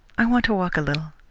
i want to walk a little.